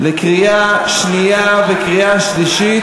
לקריאה שנייה וקריאה שלישית.